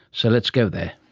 so let's go there.